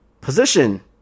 Position